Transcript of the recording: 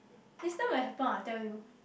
next time when it happen I tell you